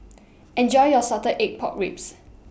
Enjoy your Salted Egg Pork Ribs